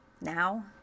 Now